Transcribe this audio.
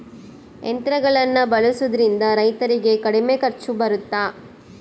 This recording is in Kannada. ಯಂತ್ರಗಳನ್ನ ಬಳಸೊದ್ರಿಂದ ರೈತರಿಗೆ ಕಡಿಮೆ ಖರ್ಚು ಬರುತ್ತಾ?